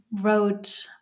wrote